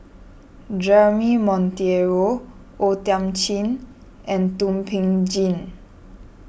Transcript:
Jeremy Monteiro O Thiam Chin and Thum Ping Tjin